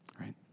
right